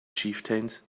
chieftains